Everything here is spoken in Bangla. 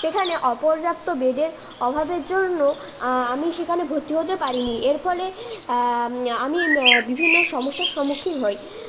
সেখানে অপর্যাপ্ত বেডের অভাবের জন্য আমি সেখানে ভর্তি হতে পারি নি এর ফলে আমি বিভিন্ন সমস্যার সম্মুখীন হই